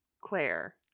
Claire